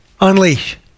Unleash